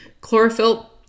chlorophyll